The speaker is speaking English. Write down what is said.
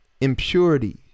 impurity